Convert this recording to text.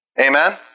Amen